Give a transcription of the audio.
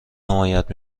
حمایت